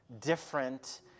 different